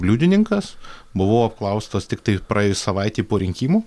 liudininkas buvau apklaustas tiktai praėjus savaitei po rinkimų